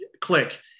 click